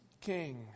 King